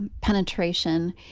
Penetration